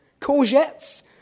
courgettes